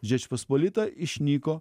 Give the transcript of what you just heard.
žečpospolita išnyko